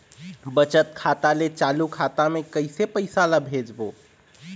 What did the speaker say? बचत खाता ले चालू खाता मे कैसे पैसा ला भेजबो?